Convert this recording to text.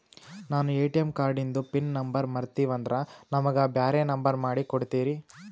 ನಾನು ಎ.ಟಿ.ಎಂ ಕಾರ್ಡಿಂದು pin number ಮರತೀವಂದ್ರ ನಮಗ ಬ್ಯಾರೆ ನಂಬರ್ ಮಾಡಿ ಕೊಡ್ತೀರಿ?